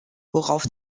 worauf